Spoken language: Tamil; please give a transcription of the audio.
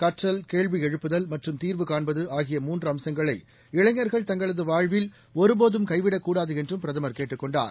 கற்றல் கேள்விஎழுப்புதல்மற்றும்தீர்வுகாண்பதுஆகியமூன்று அம்சங்களை இளைஞர்கள்தங்களதுவாழ்வில்ஒருபோதும் கைவிடக்கூடாதுஎன்றும்பிரதமர்கேட்டுக்கொண்டார்